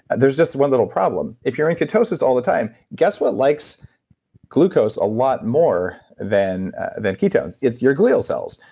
there's just one little problem. if you're in ketosis all the time, guess what likes glucose a lot more than than ketones? it's your glial cells,